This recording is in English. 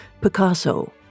Picasso